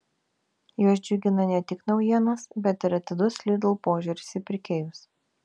juos džiugina ne tik naujienos bet ir atidus lidl požiūris į pirkėjus